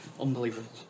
unbelievable